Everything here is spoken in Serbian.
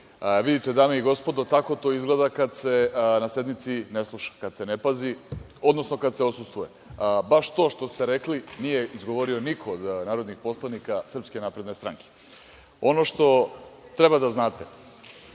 vidite, dame i gospodo, tako to izgleda kada se na sednci ne sluša, kada se pazi, odnosno kada se odsustvuje. Baš to što ste rekli nije izgovorio niko od narodnih poslanika SNS.Ono što treba da znate,